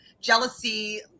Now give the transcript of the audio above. jealousy